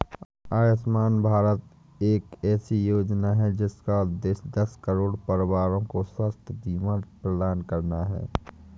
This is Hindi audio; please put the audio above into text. आयुष्मान भारत एक ऐसी योजना है जिसका उद्देश्य दस करोड़ परिवारों को स्वास्थ्य बीमा प्रदान करना है